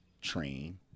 train